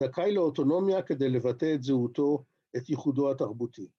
זכאי לאוטונומיה כדי לבטא את זהותו, את ייחודו התרבותי.